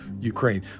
Ukraine